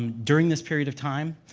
um during this period of time,